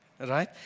Right